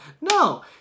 No